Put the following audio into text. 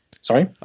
Sorry